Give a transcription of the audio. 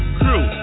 crew